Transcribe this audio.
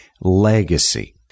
legacy